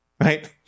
right